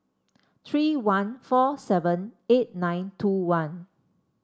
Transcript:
three one four seven eight nine two one